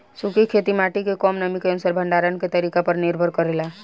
सूखी खेती माटी के कम नमी के अनुसार भंडारण के तरीका पर निर्भर करेला